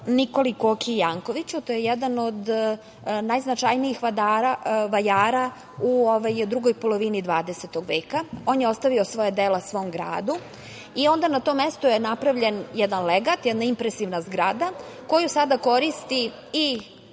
Nikoli Koki Jankoviću, to je jedan od najznačajnijih vajara u drugoj polovini 20. veka. On je ostavio svoja dela svom gradu i onda na tom mestu je napravljen jedan legat, jedna impresivna zgrada koju sada koristi i